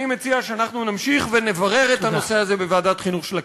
אני מציע שאנחנו נמשיך ונברר את הנושא הזה בוועדת החינוך של הכנסת.